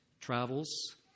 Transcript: travels